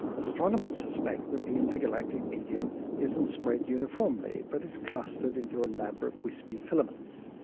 astronomers suspect that the intergalactic medium isn't spread uniformly but is clustered into elaborate wispy filaments.